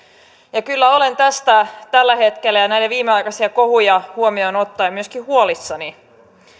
ja kyllä olen tästä tällä hetkellä ja nämä viimeaikaiset kohut huomioon ottaen myöskin huolissani